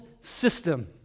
system